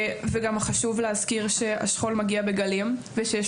גם חשוב להזכיר שהשכול מגיע בגלים ושיש